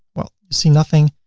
well, you see nothing.